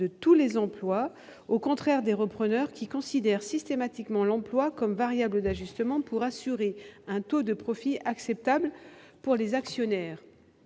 de tous les emplois, au contraire des repreneurs qui considèrent systématiquement l'emploi comme une variable d'ajustement pour assurer un taux de profit acceptable pour les actionnaires.